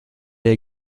ihr